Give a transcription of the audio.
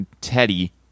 Teddy